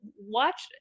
watch